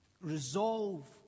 resolve